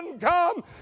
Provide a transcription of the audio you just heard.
come